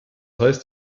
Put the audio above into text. heißt